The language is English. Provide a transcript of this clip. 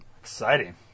Exciting